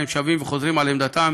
והם שבים וחוזרים על עמדתם,